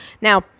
Now